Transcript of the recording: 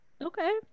okay